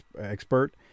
expert